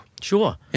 Sure